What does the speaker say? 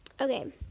Okay